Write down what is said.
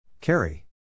carry